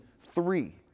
three